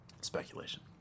Speculation